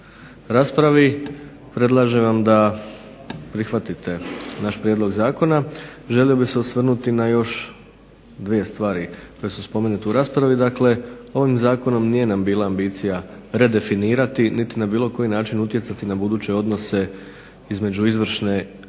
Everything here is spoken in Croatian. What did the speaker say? na raspravi. Predlažem vam da prihvatite naš prijedlog zakona. Želio bih se osvrnuti na još dvije stvari koje su spomenute u raspravi, dakle ovim zakonom nije nam bila ambicija redefinirati niti na bilo koji način utjecati na buduće odnose između izvršne vlasti